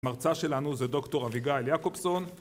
המרצה שלנו זה דוקטור אביגייל יעקובסון